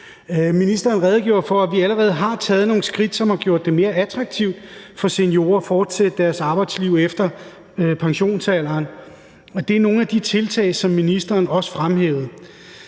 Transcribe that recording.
Ministeren redegjorde for, at vi allerede har taget nogle skridt, som har gjort det mere attraktivt for seniorer at fortsætte deres arbejdsliv efter pensionsalderen. Og det er nogle af de tiltag, som ministeren også fremhævede,